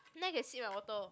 now you can see my water